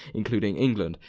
including england.